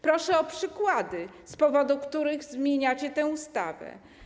Proszę o przykłady danych, z powodu których zmieniacie tę ustawę.